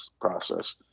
process